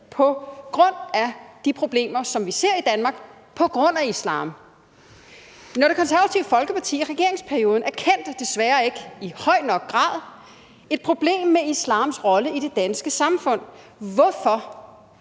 på grund af de problemer, som vi ser i Danmark på grund af islam. Men Det Konservative Folkeparti erkendte i regeringsperioden desværre ikke i høj nok grad et problem med islams rolle i det danske samfund. Hvorfor